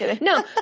No